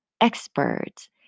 experts